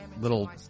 little